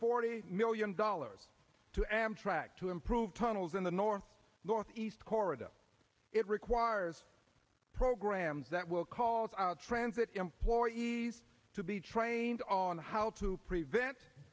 forty million dollars to amtrak to improve tunnels in the north northeast corridor it requires programs that will calls out transit employees to be trained on how to prevent